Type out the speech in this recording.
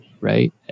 right